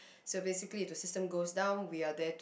so basically if the system goes down we are there to